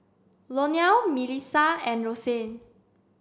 Lionel Milissa and Roxane